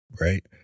Right